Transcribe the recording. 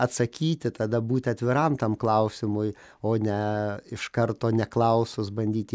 atsakyti tada būti atviram tam klausimui o ne iš karto neklausus bandyti